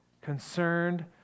concerned